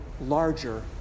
larger